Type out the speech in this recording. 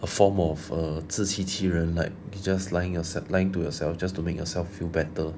a form of err 自欺欺人 like you just lying yourself lying to yourself to make yourself feel better